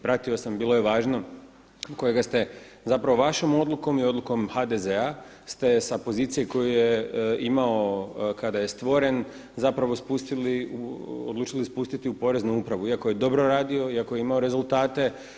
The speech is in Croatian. Pratio sam, bilo je važno kojega ste zapravo vašom odlukom i odlukom HDZ-a ste sa pozicije koju je imao kada je stvoren, zapravo spustili, odlučili spustiti u Poreznu upravu iako je dobro radio, iako je imao rezultate.